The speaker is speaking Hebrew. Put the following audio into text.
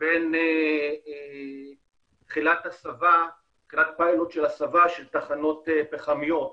לבין תחילת פיילוט של הסבה של תחנות פחמיות?